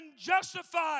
justified